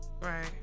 Right